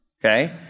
okay